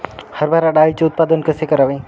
हरभरा डाळीचे उत्पादन कसे करावे?